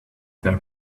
they